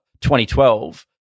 2012